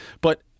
But-